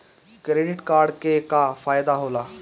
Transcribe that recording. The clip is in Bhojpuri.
क्रेडिट कार्ड के का फायदा होला?